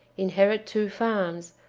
inherit two farms,